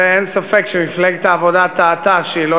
ואין ספק שמפלגת העבודה טעתה כשהיא לא